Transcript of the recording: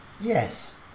Yes